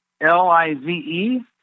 L-I-V-E